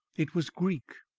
it was greek,